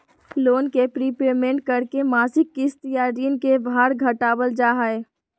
loan के prepayment करके मासिक किस्त या ऋण के भार घटावल जा हय